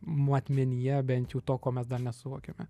matmenyje bent jau to ko mes dar nesuvokiame